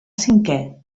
cinquè